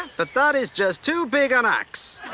but that is just too big an axe!